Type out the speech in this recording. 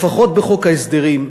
לפחות בחוק ההסדרים,